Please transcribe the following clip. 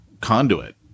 conduit